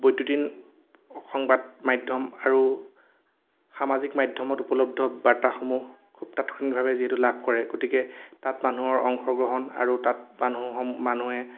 বৈদ্যুতিন সংবাদ মাধ্যম আৰু সামাজিক মাধ্যমত উপলব্ধ বাৰ্তাসমূহ খুব তাৎক্ষণিকভাৱে যিহেতু লাভ কৰে গতিকে তাত মানুহৰ অংশগ্ৰহণ আৰু তাত মানুহ মানুহে